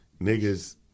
niggas